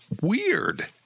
weird